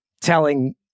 telling